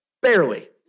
barely